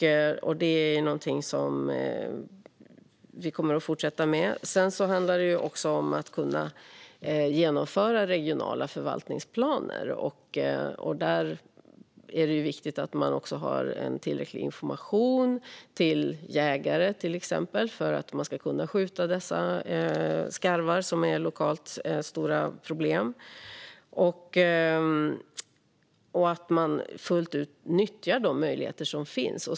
Det är något som vi kommer att fortsätta med. Sedan handlar det om att kunna genomföra regionala förvaltningsplaner. Där är det viktigt att man också har tillräcklig information till exempelvis jägare, så att de kan skjuta de skarvar som lokalt är stora problem. Man måste fullt ut nyttja de möjligheter som finns.